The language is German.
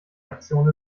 aktion